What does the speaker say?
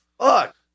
fuck